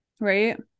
right